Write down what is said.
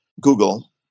Google